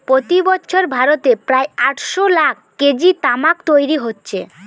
প্রতি বছর ভারতে প্রায় আটশ লাখ কেজি তামাক তৈরি হচ্ছে